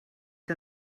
que